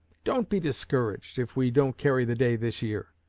don't be discouraged if we don't carry the day this year.